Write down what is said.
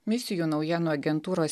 misijų naujienų agentūros